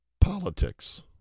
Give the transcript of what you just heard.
politics